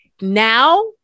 Now